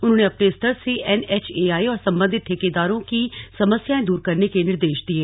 उन्होंने अपने स्तर से एनएचएआइ और संबंधित ठेकेदारों की समस्याएं दूर करने के निर्देश दिये